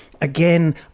Again